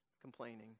Complaining